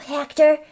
Hector